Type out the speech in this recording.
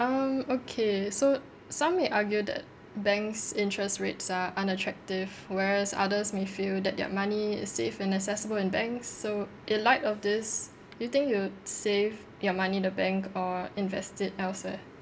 um okay so some may argue that banks' interest rates are unattractive whereas others may feel that their money is safe and accessible in banks so in light of this do you think you would save your money in the bank or invest it elsewhere